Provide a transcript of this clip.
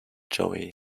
joe